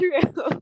true